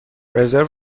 رزرو